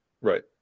right